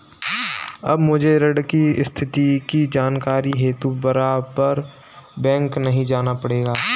अब मुझे ऋण की स्थिति की जानकारी हेतु बारबार बैंक नहीं जाना पड़ेगा